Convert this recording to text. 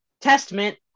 Testament